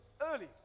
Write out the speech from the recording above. Early